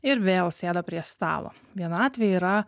ir vėl sėda prie stalo vienatvė yra